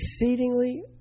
Exceedingly